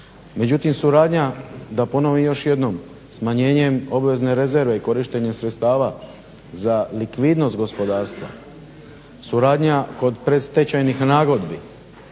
Međutim suradnja da ponovim još jednom, smanjenjem obvezne rezerve i korištenje sredstava za likvidnost gospodarstva, suradnja kod predstečajnih nagodbi